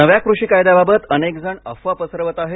नव्या कृषी कायद्याबाबत अनेकजण अफवा पसरवत आहेत